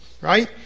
right